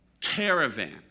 caravan